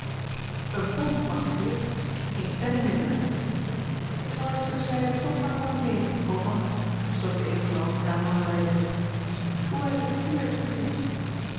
een pond machtige heer geen penning minder ik zal dit stuk zijde toch maar van u nemen koopman besloot de edelvrouw na lange weifeling hoewel ik het zeer duur vind